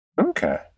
Okay